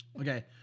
Okay